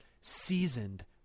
seasoned